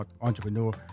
entrepreneur